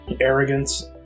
arrogance